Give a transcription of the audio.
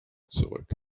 zurück